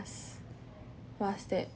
was that